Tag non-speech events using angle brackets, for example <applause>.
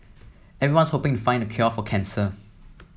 everyone's hoping to find the cure for cancer <noise>